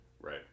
Right